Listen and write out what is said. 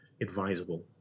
advisable